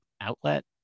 outlet